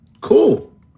cool